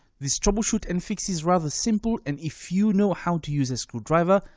this troubleshoot and fix is rather simple, and if you know how to use as screwdriver,